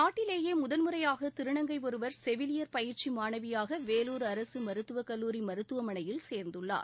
நாட்டிலேயே முதன்முறையாக திருநங்கை ஒருவர் செவிலியர் பயிற்சி மாணவியாக வேலூர் அரசு மருத்துவக் கல்லூரி மருத்துவமனையில் சேர்ந்துள்ளார்